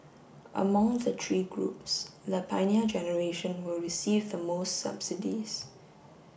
among the three groups the Pioneer Generation will receive the most subsidies